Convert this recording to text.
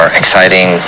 exciting